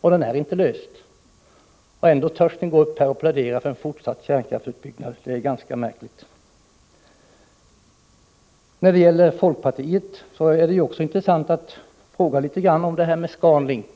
Jag menar att det är ett riktigt påstående. Ändå törs ni plädera för en fortsatt kärnkraftsutbyggnad. Det är ganska märkligt. När det gäller folkpartiet är det intressant att ställa en fråga beträffande Scan Link.